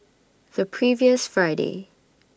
The previous Friday